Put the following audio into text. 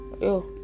yo